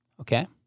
okay